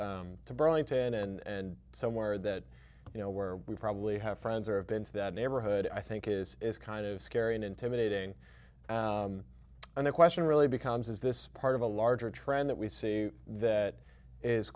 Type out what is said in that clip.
close to burlington and somewhere that you know where we probably have friends or have been to that neighborhood i think is kind of scary and intimidating and the question really becomes is this part of a larger trend that we see that is